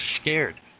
scared